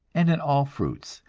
and in all fruits.